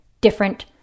different